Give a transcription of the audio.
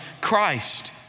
Christ